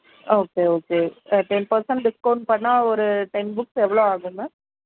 okay okay ten percent discount பண்ணிணா ஒரு ten books எவ்வளோ ஆகும் மேம்